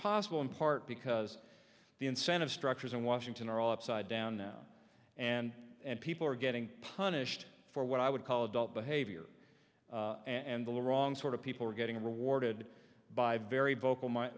possible in part because the incentive structures in washington are all upside down now and and people are getting punished for what i would call adult behavior and the wrong sort of people are getting rewarded by very vocal